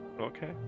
Okay